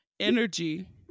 Energy